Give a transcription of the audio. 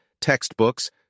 textbooks